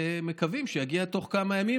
מקווים שיגיעו בתוך כמה ימים,